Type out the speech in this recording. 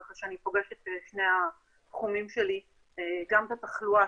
ככה שאני פוגשת בשני התחומים שלי גם בתחלואה